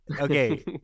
Okay